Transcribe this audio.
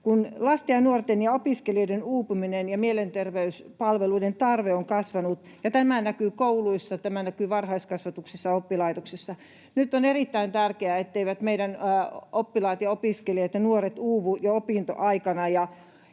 kun lasten ja nuorten ja opiskelijoiden uupuminen ja mielenterveyspalveluiden tarve ovat kasvaneet ja tämä näkyy kouluissa, tämä näkyy varhaiskasvatuksessa ja oppilaitoksissa. Nyt on erittäin tärkeää, etteivät meidän oppilaat ja opiskelijat ja nuoret uuvu jo opintoaikana,